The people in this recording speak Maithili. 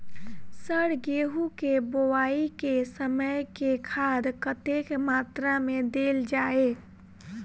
सर गेंहूँ केँ बोवाई केँ समय केँ खाद कतेक मात्रा मे देल जाएँ?